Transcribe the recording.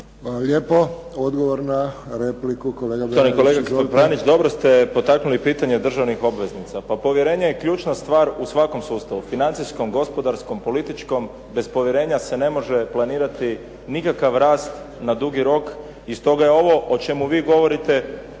lijepo. Odgovor na repliku, kolega Bernardić.